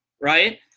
right